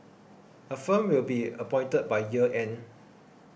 a firm will be appointed by year end